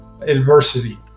adversity